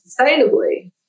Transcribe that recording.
sustainably